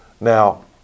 Now